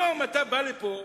היום אתה בא לפה